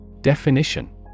Definition